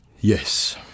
Yes